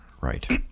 right